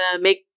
make